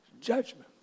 judgment